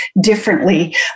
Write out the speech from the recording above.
differently